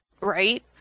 right